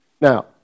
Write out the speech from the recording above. Now